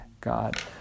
God